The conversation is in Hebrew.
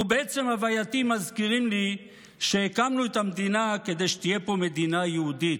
ובעצם הווייתי מזכירים לי שהקמנו את המדינה כדי שתהיה פה מדינה יהודית.